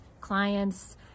clients